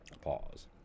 Pause